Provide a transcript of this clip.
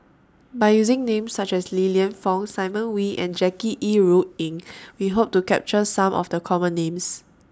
By using Names such as Li Lienfung Simon Wee and Jackie Yi Ru Ying We Hope to capture Some of The Common Names